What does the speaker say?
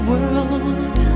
world